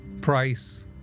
price